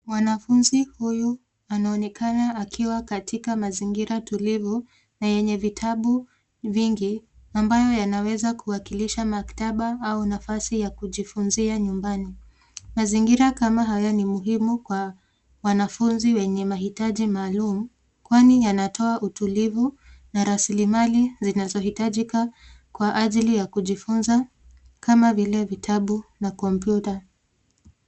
Mwanafunzi huyu anaonekana akiwa katika mazingira tulivu na yenye vitabu vingi ambayo yanaweza kuwakilisha maktaba au nafasi ya kujifunzia nyumbani. Mazingira kama hayo ni muhimu kwa wanafunzi wenye mahitaji maalum kwani yanatoa utulivu na rasilimali zinazohitajika kwa ajili ya kujifunza kama vile vitabu na kompyuta.